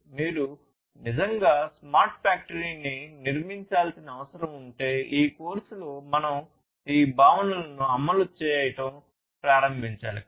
మీరు నిజంగా స్మార్ట్ ఫ్యాక్టరీని నిర్మించాల్సిన అవసరం ఉంటే ఈ కోర్సులో మనం ఈ భావనలను అమలు చేయడం ప్రారంభించాలి